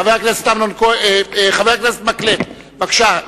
חבר הכנסת אורי מקלב, בבקשה.